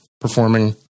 performing